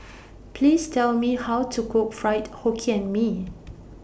Please Tell Me How to Cook Fried Hokkien Mee